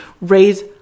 raise